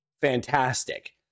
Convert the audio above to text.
fantastic